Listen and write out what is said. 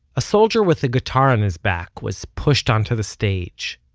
a soldier with a guitar on his back was pushed onto the stage.